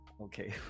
Okay